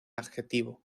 adjetivo